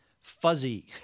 fuzzy